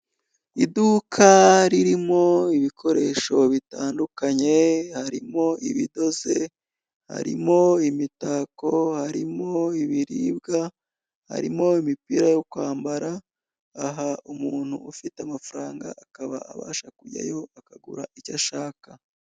Iduka ririmo ibikoresho bitandukanye harimo ibidoze, harimo imitako, harimo ibiribwa, harimo imipira yo kwambara, aha umuntu ufite amafaranga akaba abasha kujyayo akagura icyo ashaka.